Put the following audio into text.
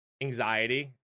anxiety